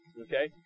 Okay